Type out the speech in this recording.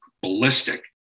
ballistic